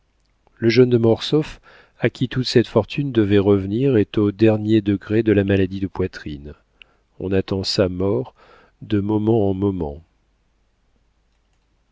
le jeune de mortsauf à qui toute cette fortune devait revenir est au dernier degré de la maladie de poitrine on attend sa mort de moment en moment